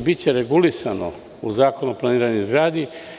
biće regulisano u Zakonu o planiranju i izgradnji.